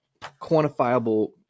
quantifiable